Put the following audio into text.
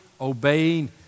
obeying